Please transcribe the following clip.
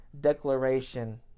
declaration